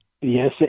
Yes